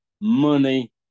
money